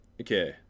okay